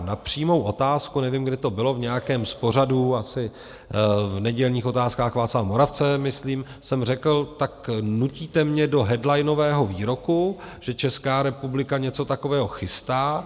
Na přímou otázku, nevím, kde to bylo, v nějakém z pořadů, asi v nedělních Otázkách Václava Moravce myslím, jsem řekl: Nutíte mě do headlinového výroku, že Česká republika něco takového chystá.